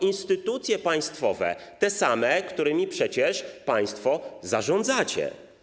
Instytucje państwowe, te same, którymi przecież państwo zarządzacie.